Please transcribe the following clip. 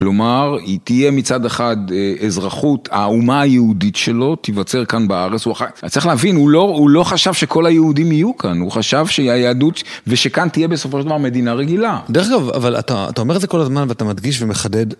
כלומר, היא תהיה מצד אחד אזרחות, האומה היהודית שלו תיווצר כאן בארץ. אתה צריך להבין, הוא לא חשב שכל היהודים יהיו כאן, הוא חשב שהיהדות, ושכאן תהיה בסופו של דבר מדינה רגילה. דרך אגב, אבל אתה אומר את זה כל הזמן, ואתה מדגיש ומחדד.